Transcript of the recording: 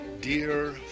dear